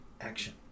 action